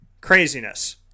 Craziness